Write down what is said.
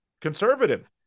conservative